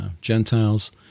Gentiles